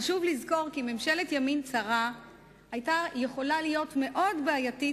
חשוב לזכור כי ממשלת ימין צרה היתה יכולה להיות מאוד בעייתית